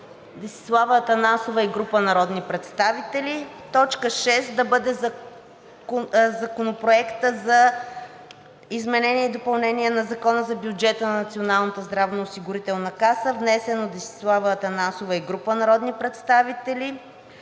Десислава Атанасова и група народни представители. Точка шеста да бъде Законопроектът за изменение и допълнение на Закона за бюджета на Националната здравноосигурителна каса, внесен от Десислава Атанасова и група народни представители.